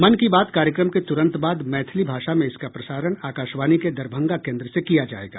मन की बात कार्यक्रम के तुरंत बाद मैथिली भाषा में इसका प्रसारण आकाशवाणी के दरभंगा केन्द्र से किया जायेगा